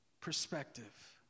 perspective